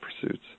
pursuits